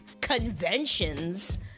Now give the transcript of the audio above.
conventions